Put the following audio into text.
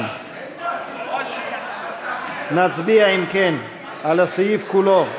אנחנו נצביע על הסעיף כולו,